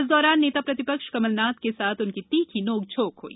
इस दौरान नेता प्रति क्ष कमलनाथ के साथ उनकी तीखी नोंक झोंक हई